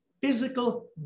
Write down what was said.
physical